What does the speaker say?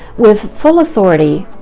with full authority,